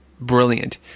brilliant